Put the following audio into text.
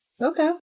Okay